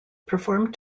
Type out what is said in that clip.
performed